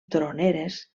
troneres